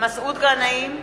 מסעוד גנאים,